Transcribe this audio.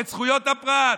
את זכויות הפרט,